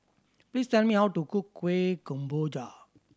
please tell me how to cook Kueh Kemboja